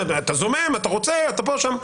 אתה זומם, אתה רוצה, אתה פה ואתה שם.